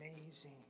amazing